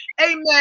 amen